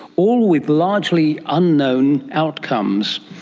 all with largely unknown outcomes.